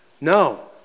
No